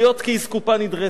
להיות כאסקופה נדרסת.